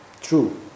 true